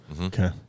Okay